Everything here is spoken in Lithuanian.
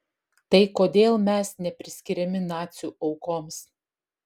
tai kodėl mes nepriskiriami nacių aukoms